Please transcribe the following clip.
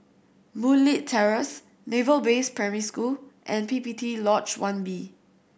Boon Leat Terrace Naval Base Primary School and PPT Lodge One B